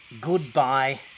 goodbye